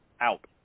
out